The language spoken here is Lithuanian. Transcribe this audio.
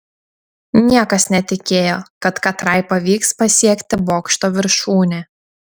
niekas netikėjo kad katrai pavyks pasiekti bokšto viršūnę